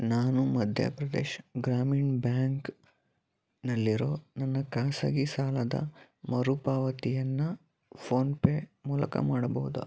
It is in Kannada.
ನಾನು ಮಧ್ಯ ಪ್ರದೇಶ್ ಗ್ರಾಮೀಣ್ ಬ್ಯಾಂಕ್ನಲ್ಲಿರೊ ನನ್ನ ಖಾಸಗಿ ಸಾಲದ ಮರುಪಾವತಿಯನ್ನ ಫೋನ್ ಪೇ ಮೂಲಕ ಮಾಡಬಹುದ